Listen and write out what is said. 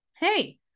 hey